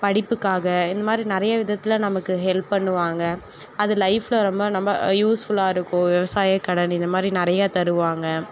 படிப்புக்காக இந்தமாதிரி நிறையா விதத்தில் நமக்கு ஹெல்ப் பண்ணுவாங்க அது லைஃப்பில் ரொம்ப நம்ம யூஸ்ஃபுல்லாக இருக்கும் விவசாயக்கடன் இந்தமாதிரி நிறையா தருவாங்க